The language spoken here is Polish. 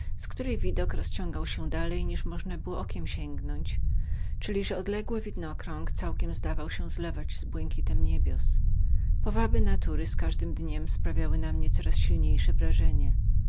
z której widok rozciągał się dalej niż można było okiem zajrzeć czyli że widokrąg całkiem zlewał się z błękitem niebios powaby natury z każdym dniem sprawiały na mnie coraz silniejsze wrażenie